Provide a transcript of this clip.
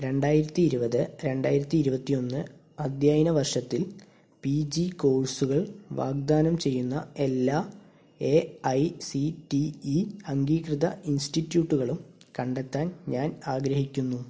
രണ്ടായിരത്തി ഇരുപത് രണ്ടായിരത്തി ഇരുപത്തിയൊന്ന് അദ്ധ്യയന വർഷത്തിൽ പി ജി കോഴ്സുകൾ വാഗ്ദാനം ചെയ്യുന്ന എല്ലാ A I C T E അംഗീകൃത ഇൻസ്റ്റിറ്റ്യൂട്ടുകളും കണ്ടെത്താൻ ഞാൻ ആഗ്രഹിക്കുന്നു